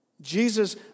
Jesus